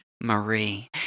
Marie